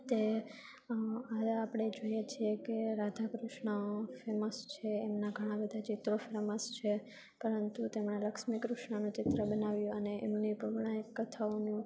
તે હવે આપણે જોઈએ છે કે રાધા કૃષ્ણ ફેમસ છે એમના ઘણાં બધાં ચિત્રો ફેમસ છે પરંતુ તેમાં લક્ષ્મી કૃષ્ણનું ચિત્ર બનાવ્યું અને એમની પૌરાણિક કથાઓનું